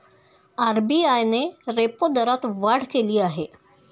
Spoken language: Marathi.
आर.बी.आय ने रेपो दरात वाढ केली आहे